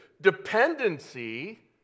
Dependency